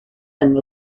and